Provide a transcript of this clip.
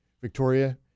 Victoria